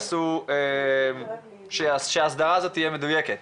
כדי שההסדרה הזו תהיה מדויקת.